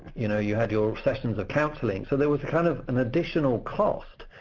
you know you had your sessions of counseling. so there was kind of an additional cost,